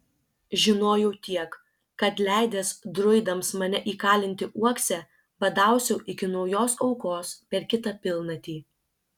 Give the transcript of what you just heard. žinojau tiek kad leidęs druidams mane įkalinti uokse badausiu iki naujos aukos per kitą pilnatį